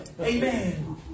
Amen